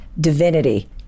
divinity